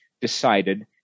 decided